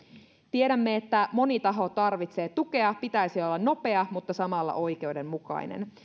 tiedämme että moni taho tarvitsee tukea pitäisi olla nopea mutta samalla oikeudenmukainen